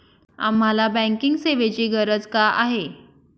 आम्हाला बँकिंग सेवेची गरज का आहे?